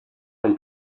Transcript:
from